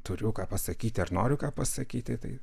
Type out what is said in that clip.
turiu ką pasakyti ar noriu ką pasakyti tai